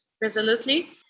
resolutely